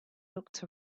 looked